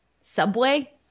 Subway